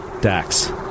Dax